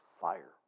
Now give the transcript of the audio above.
fire